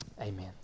Amen